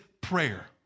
prayer